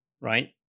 right